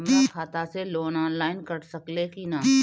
हमरा खाता से लोन ऑनलाइन कट सकले कि न?